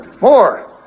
More